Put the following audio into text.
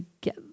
get